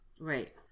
right